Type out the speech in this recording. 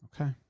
Okay